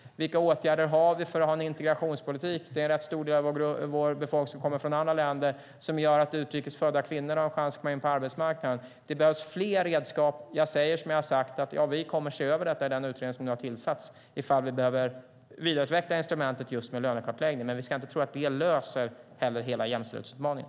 Vilka åtgärder har vi för en integrationspolitik - det är en rätt stor del av vår befolkning som kommer från andra länder - som gör att utrikes födda kvinnor har en chans att komma in på arbetsmarknaden? Det behövs fler redskap. Jag säger som jag har sagt, vi kommer att se över detta i den utredning som nu har tillsats för att få veta om vi behöver vidareutveckla instrumentet med just lönekartläggningar. Men vi ska inte tro att det löser hela jämställdhetsutmaningen.